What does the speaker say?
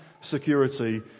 security